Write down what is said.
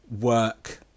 work